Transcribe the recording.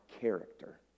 character